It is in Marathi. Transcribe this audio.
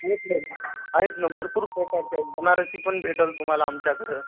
आहेत ना आहेत ना भरपूर प्रकारच्या आहेत बनारसी पण भेटंल तुम्हाला आमच्याकडं